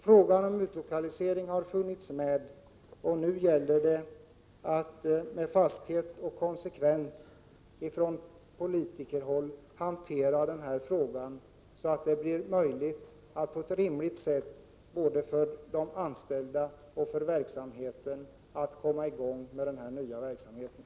Frågan om utlokalisering har funnits med, och nu gäller det att med fasthet och konsekvens från politikerhåll hantera frågan så att det blir möjligt både för de anställda och för den nya verksamheten att på ett rimligt sätt komma i gång.